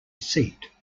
seat